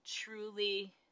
truly